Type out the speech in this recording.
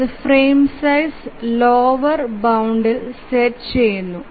അത് frame size lower ബൌണ്ട്ഇൽ set ചെയുന്നു